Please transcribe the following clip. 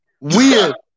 Weird